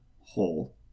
whole